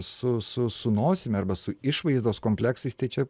su su su nosimi arba su išvaizdos kompleksais tai čia